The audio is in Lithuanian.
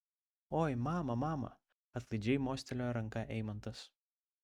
oi mama mama atlaidžiai mostelėjo ranka eimantas